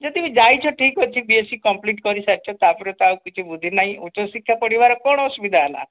ଯଦି ବି ଯାଇଛ ଠିକ ଅଛି ବି ଏସ୍ ସି କମ୍ପଲିଟ୍ କରିସାରିଛ ତା'ପରେ ତ ଆଉ କିଛି ବୁଦ୍ଧି ନାହିଁ ଉଚ୍ଚ ଶିକ୍ଷା ପଢ଼ିବାରେ କ'ଣ ଅସୁବିଧା ହେଲା